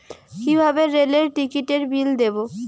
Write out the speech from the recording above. কিভাবে রেলের টিকিটের বিল দেবো?